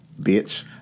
bitch